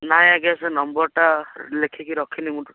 ନାହିଁ ଆଜ୍ଞା ସେ ନମ୍ବରଟା ଲେଖିକି ରଖିନି ମୁଁ